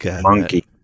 Monkey